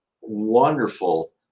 wonderful